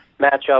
matchup